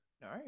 No